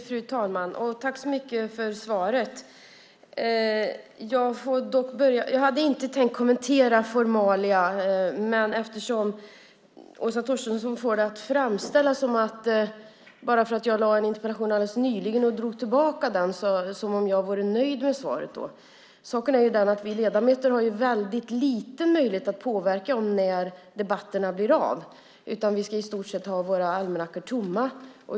Fru talman! Tack så mycket för svaret! Jag hade inte tänkt kommentera formalia, men eftersom Åsa Torstensson framställer det som att bara för att jag nyligen ställt en interpellation och dragit tillbaka den skulle jag vara nöjd med svaret. Saken är den att vi ledamöter har väldigt liten möjlighet att påverka när debatterna ska bli av, utan vi ska i stort sett ha våra almanackor tomma.